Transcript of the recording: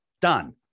done